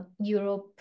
Europe